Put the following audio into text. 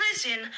prison